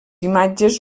imatges